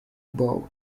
bowed